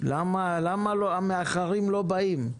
למה המאחרים לא באים.